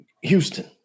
Houston